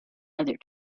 other